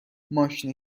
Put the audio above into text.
ماشین